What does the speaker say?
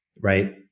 right